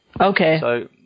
Okay